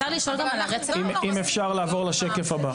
אם אפשר לעבור לשקף הבא.